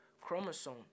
chromosome